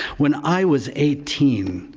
when i was eighteen,